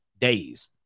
days